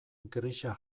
grisa